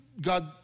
God